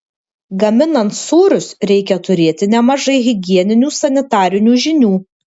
gaminant sūrius reikia turėti nemažai higieninių sanitarinių žinių